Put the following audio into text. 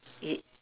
it